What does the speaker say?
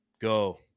Go